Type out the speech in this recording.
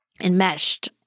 enmeshed